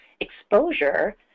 exposure